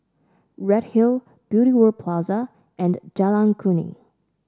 Redhill Beauty World Plaza and Jalan Kuning